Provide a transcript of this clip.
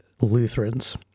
Lutherans